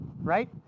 right